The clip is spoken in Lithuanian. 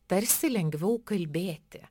tarsi lengviau kalbėti